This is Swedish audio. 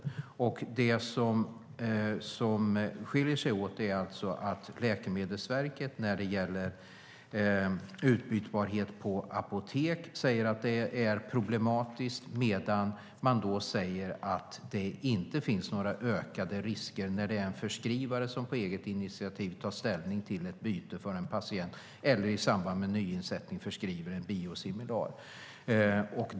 Det som skiljer sig åt är alltså att Läkemedelsverket när det gäller utbytbarhet på apotek säger att det är problematiskt medan man säger att det inte finns några ökade risker när en förskrivare på eget initiativ tar ställning till ett byte för en patient eller i samband med nyinsättning förskriver en biosimilar.